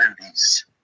movies